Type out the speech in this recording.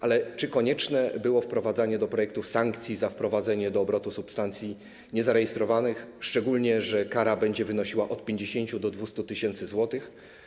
Ale czy konieczne było wprowadzanie do projektu sankcji za wprowadzenie do obrotu substancji niezarejestrowanych, szczególnie że kara będzie wynosiła od 50 do 200 tys. zł?